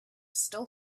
still